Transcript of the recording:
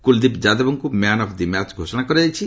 କୁଳଦୀପ୍ ଯାଦବଙ୍କୁ man of the match ଘୋଷଣା କରାଯାଇଛି